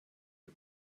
has